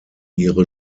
ihre